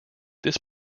this